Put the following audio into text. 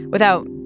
without,